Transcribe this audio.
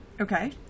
Okay